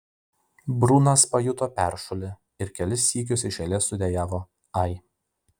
brunas pajuto peršulį ir kelis sykius iš eilės sudejavo ai